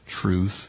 truth